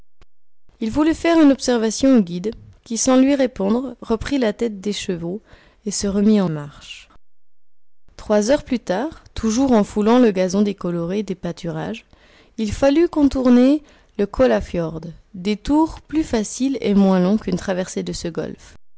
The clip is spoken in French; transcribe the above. il voulut faire une observation au guide qui sans lui répondre reprit la tête des cheveux et se remit en marche trois heures plus tard toujours en foulant le gazon décoloré des pâturages il fallut contourner le kollafjrd détour plus facile et moins long qu'une traversée de ce golfe